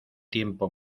tiempo